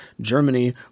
Germany